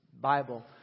Bible